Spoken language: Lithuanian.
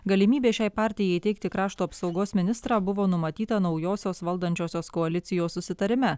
galimybė šiai partijai įteikti krašto apsaugos ministrą buvo numatyta naujosios valdančiosios koalicijos susitarime